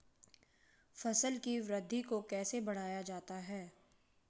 फसल की वृद्धि को कैसे बढ़ाया जाता हैं?